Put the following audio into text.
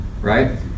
right